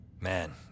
Man